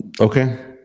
okay